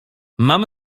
mam